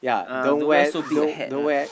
ah don't wear so big a hat right